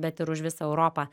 bet ir už visą europą